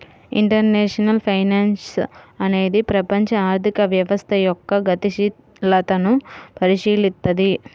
international finance అనేది ప్రపంచ ఆర్థిక వ్యవస్థ యొక్క గతిశీలతను పరిశీలిత్తది